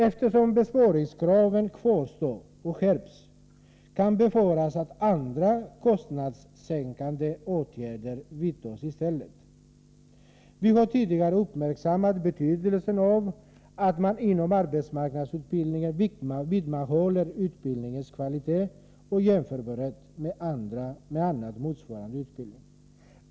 Eftersom besparingskraven kvarstår och skärps kan det befaras att andra kostnadssänkande åtgärder vidtas i stället. Vi har tidigare uppmärksammat betydelsen av att man inom arbetsmarknadsutbildningen vidmakthåller utbildningens kvalitet och jämförbarhet med annan motsvarande utbildning.